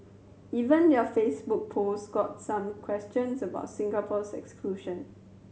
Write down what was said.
even their Facebook post got some questions about Singapore's exclusion